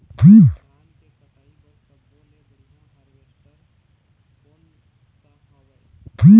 धान के कटाई बर सब्बो ले बढ़िया हारवेस्ट कोन सा हवए?